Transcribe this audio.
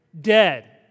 dead